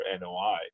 noi